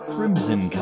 Crimson